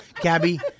Gabby